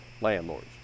landlords